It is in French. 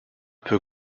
peu